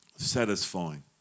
Satisfying